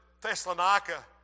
Thessalonica